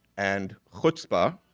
and chutzpah